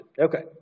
Okay